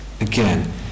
again